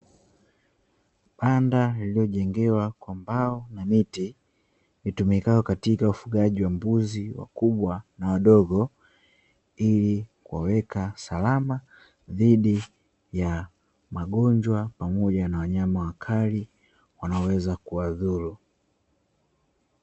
Banda lililojengewa kwa mbao na miti, litumikalo katika ufugaji wa mbuzi wakubwa na wadogo, ili kuwaweka salam zidi ya magonjwa pamoja na wanyama wakali wanaoweza kuwazuru.